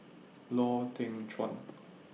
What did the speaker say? Lau Teng Chuan